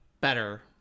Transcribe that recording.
Better